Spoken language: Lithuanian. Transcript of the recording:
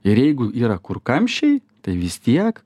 ir jeigu yra kur kamščiai tai vis tiek